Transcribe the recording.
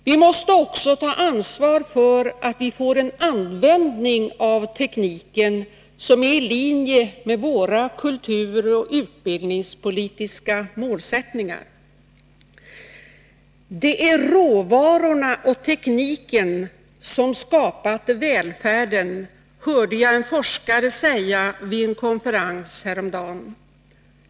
Vi måste också ta ansvar för att vi får en användning av tekniken som är i linje med våra kulturoch utbildningspolitiska målsättningar. Det är råvarorna och tekniken som skapat välfärden, hörde jag en forskare säga vid en konferens häromdagen.